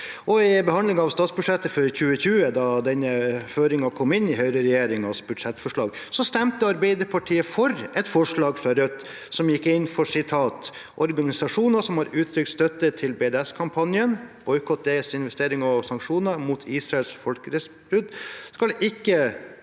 I behandlingen av statsbudsjettet for 2020, da denne føringen kom inn i høyreregjeringens budsjettforslag, stemte Arbeiderpartiet for et forslag fra Rødt som gikk inn for at «organisasjoner som har uttrykt støtte til BDS-kampanjen (boikott, desinvesteringer og sanksjoner) mot Israels folkerettsbrudd, ikke